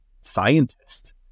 scientist